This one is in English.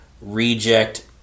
reject